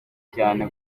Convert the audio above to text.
cyane